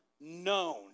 known